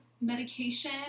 medication